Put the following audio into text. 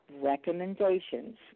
recommendations